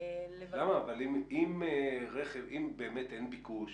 למה, אבל אם באמת אין ביקוש